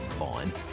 on